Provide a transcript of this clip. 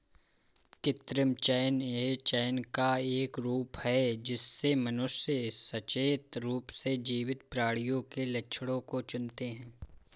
कृत्रिम चयन यह चयन का एक रूप है जिससे मनुष्य सचेत रूप से जीवित प्राणियों के लक्षणों को चुनते है